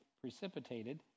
precipitated